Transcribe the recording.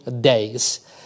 days